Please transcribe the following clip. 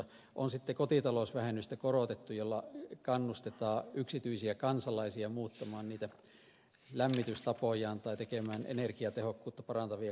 sitten on kotitalousvähennystä korotettu millä kannustetaan yksityisiä kansalaisia muuttamaan niitä lämmitystapojaan tai tekemään energiatehokuutta parantavia kor jauksia